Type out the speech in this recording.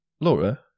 Laura